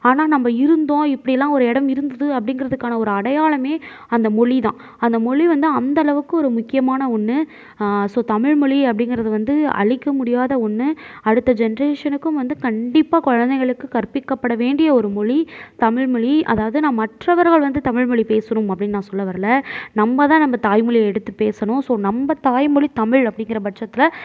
ஆனால் நம்ம இருந்தோம் இப்படியெல்லாம் ஒரு இடம் இருந்தது அப்படிங்கிறதுக்கான ஒரு அடையாளமே அந்த மொழிதான் அந்த மொழி வந்து அந்தளவுக்கு ஒரு முக்கியமான ஒன்று ஸோ தமிழ் மொழி அப்படிங்கிறது வந்து அழிக்க முடியாத ஒன்று அடுத்த ஜென்ரேஷனுக்கும் வந்து கண்டிப்பாக குழந்தைங்களுக்கு வந்து கற்பிக்கப்பட வேண்டிய ஒரு மொழி தமிழ் மொழி அதாவது நான் மற்றவர்கள் வந்து தமிழ் மொழி பேசணும் அப்படினு நான் சொல்ல வர்லை நம்மதான் நம்ம தாய் மொழியை எடுத்து பேசணும் ஸோ நம்ம தாய் மொழி தமிழ் அப்படிங்கிற பட்சத்தில்